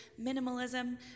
minimalism